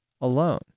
alone